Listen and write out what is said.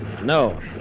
No